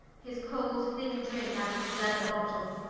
his cold thinne drinke out of his leather bottle,